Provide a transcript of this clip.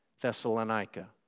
Thessalonica